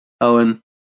Owen